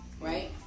right